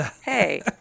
Hey